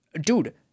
dude